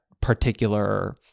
particular